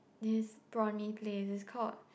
this prawn mee place is called